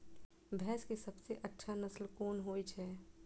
भैंस के सबसे अच्छा नस्ल कोन होय छे?